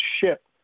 ship